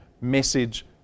message